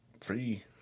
free